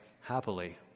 happily